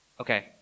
Okay